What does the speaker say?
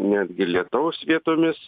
netgi lietaus vietomis